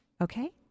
Okay